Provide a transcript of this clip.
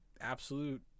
absolute